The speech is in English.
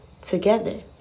together